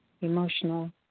emotional